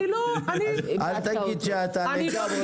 אל תגיד שאתה לגמרי מסכים איתו.